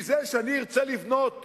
כי זה שאני ארצה לבנות בעומר,